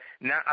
now